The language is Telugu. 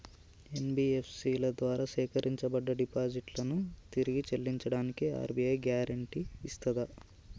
ఎన్.బి.ఎఫ్.సి ల ద్వారా సేకరించబడ్డ డిపాజిట్లను తిరిగి చెల్లించడానికి ఆర్.బి.ఐ గ్యారెంటీ ఇస్తదా?